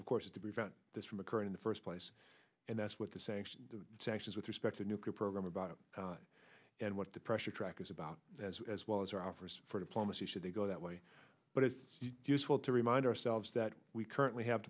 of course is to prevent this from occurring in the first place and that's what the sanctions the sanctions with respect to nuclear program about and what the pressure track is about as well as our offers for diplomacy should they go that way but it's useful to remind ourselves that we currently have